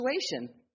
situation